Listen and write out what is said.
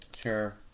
Sure